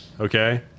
okay